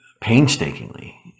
painstakingly